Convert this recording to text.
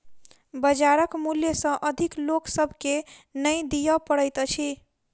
बजारक मूल्य सॅ अधिक लोक सभ के नै दिअ पड़ैत अछि